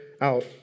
out